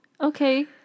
Okay